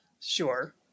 Sure